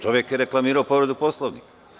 Čovek je reklamirao povredu Poslovnika.